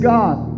God